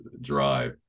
drive